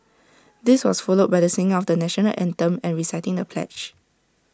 this was followed by the singing of the National Anthem and reciting of the pledge